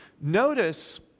notice